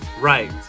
Right